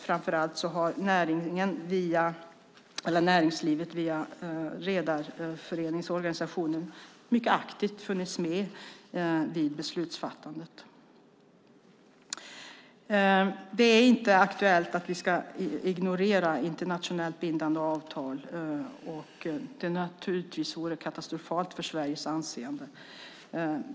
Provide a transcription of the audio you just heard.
Framför allt har näringslivet via Redareföreningens organisation aktivt funnits med vid beslutsfattandet. Det är inte aktuellt att vi ska ignorera internationellt bindande avtal. Det vore naturligtvis katastrofalt för Sveriges anseende.